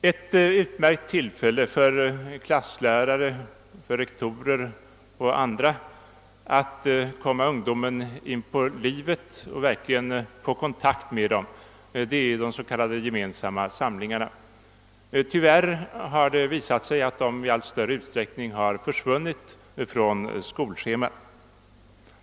Ett utmärkt tillfälle för klasslärare, rektorer och andra att komma ungdomarna in på livet och verkligen få kontakt med dem är de s.k. gemensamma samlingarna. Tyvärr har det visat sig att de i allt större utsträckning för svunnit från skolschemat.